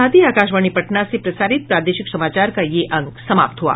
इसके साथ ही आकाशवाणी पटना से प्रसारित प्रादेशिक समाचार का ये अंक समाप्त हुआ